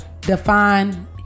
Define